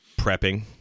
prepping